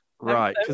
Right